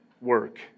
work